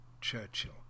Churchill